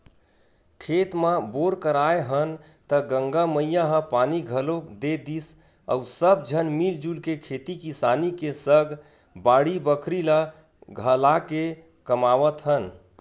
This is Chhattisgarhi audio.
खेत म बोर कराए हन त गंगा मैया ह पानी घलोक दे दिस अउ सब झन मिलजुल के खेती किसानी के सग बाड़ी बखरी ल घलाके कमावत हन